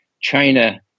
China